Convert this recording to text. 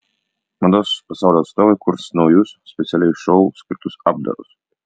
mados pasaulio atstovai kurs naujus specialiai šou skirtus apdarus